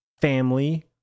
family